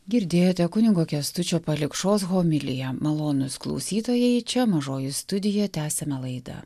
girdėjote kunigo kęstučio palikšos homiliją malonūs klausytojai čia mažoji studija tęsiame laidą